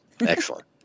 Excellent